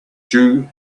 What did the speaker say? due